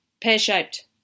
pear-shaped